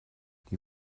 die